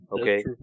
Okay